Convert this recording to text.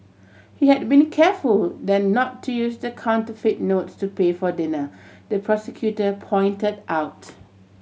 he had been careful then not to use the counterfeit notes to pay for dinner the prosecutor pointed out